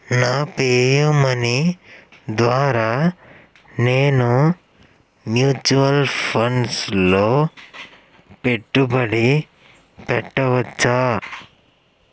నా Pay U Money ద్వారా నేను మ్యూచువల్ ఫండ్స్లో పెట్టుబడి పెట్టవచ్చా